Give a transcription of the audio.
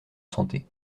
santé